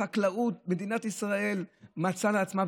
מדינת ישראל מרשה לעצמה,